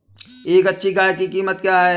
एक अच्छी गाय की कीमत क्या है?